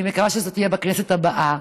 אני מקווה שזה יהיה בכנסת הבאה,